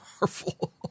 Marvel